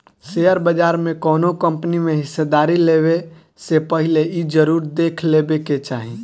share बाजार में कौनो कंपनी में हिस्सेदारी लेबे से पहिले इ जरुर देख लेबे के चाही